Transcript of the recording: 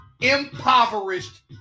impoverished